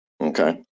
okay